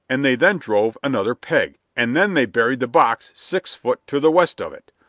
and they then drove another peg, and then they buried the box six foot to the west of it.